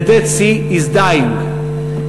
The Dead Sea is dying .